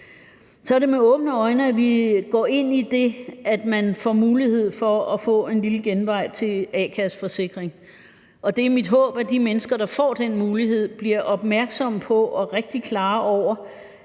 Så er det med åbne øjne, at vi går ind i det, at man får mulighed for at få en lille genvej til en a-kasseforsikring. Det er mit håb, at de mennesker, der får den mulighed, bliver opmærksomme på og rigtig klar over,